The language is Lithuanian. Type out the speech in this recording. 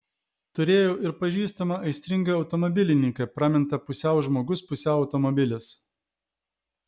turėjau ir pažįstamą aistringą automobilininką pramintą pusiau žmogus pusiau automobilis